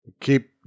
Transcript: Keep